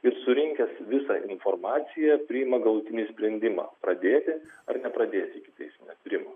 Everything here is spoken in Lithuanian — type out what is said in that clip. ir surinkęs visą informaciją priima galutinį sprendimą pradėti ar nepradėti ikiteisminio tyrimo